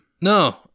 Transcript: no